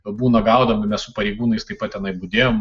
būna gaudomi mes su pareigūnais taip pat tenai budėjom